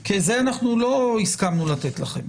כי את זה אנחנו לא הסכמנו לתת לכם.